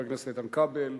חבר הכנסת איתן כבל,